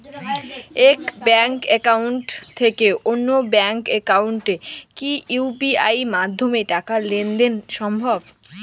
এক bank account থেকে অন্য ব্যাংক একাউন্টে কি ইউ.পি.আই মাধ্যমে টাকার লেনদেন দেন সম্ভব?